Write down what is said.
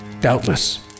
Doubtless